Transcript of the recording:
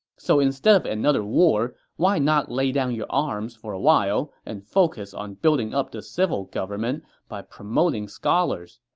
so instead of another war, why not lay down your arms for a while and focus on building up the civil government by promoting scholars?